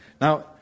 Now